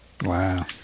Wow